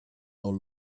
out